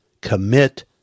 commit